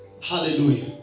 Hallelujah